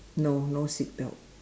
no no seat belt